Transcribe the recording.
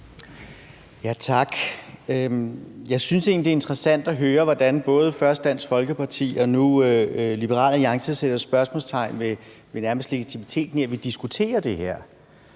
Tak. Jeg synes egentlig, det er interessant at høre, hvordan både Dansk Folkeparti og nu Liberal Alliance nærmest sætter spørgsmålstegn ved legitimiteten i, at vi diskuterer det her.